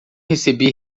recebi